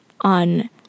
on